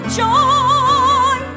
joy